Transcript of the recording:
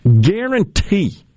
guarantee